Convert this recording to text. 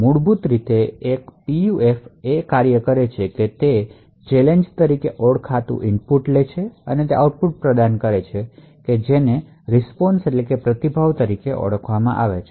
મૂળભૂત રીતે એક પીયુએફએક કાર્ય છે તે એક ચેલેન્જ તરીકે ઓળખાતું ઇનપુટ લે છે અને આઉટપુટ પ્રદાન કરે છે જેને રીસ્પોન્શ તરીકે ઓળખવામાં આવે છે